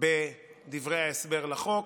בדברי ההסבר לחוק,